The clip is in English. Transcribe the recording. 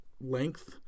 length